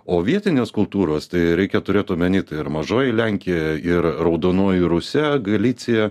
o vietinės kultūros tai reikia turėt omeny tai ir mažoji lenkija ir raudonoji rusija galicija